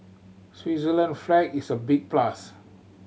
Switzerland flag is a big plus